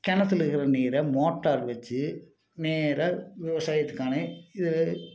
கிணத்தில் இருக்கிற நீரை மோட்டார் வச்சு நேராக விவசாயத்துக்கான இது